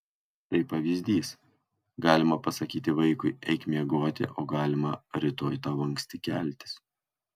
štai pavyzdys galima pasakyti vaikui eik miegoti o galima rytoj tau anksti keltis